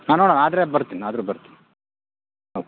ಹಾಂ ನೋಡೋಣ ಆದರೆ ಬರ್ತಿನಿ ಆದರೆ ಬರ್ತೀನಿ ಓಕೆ